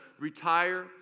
retire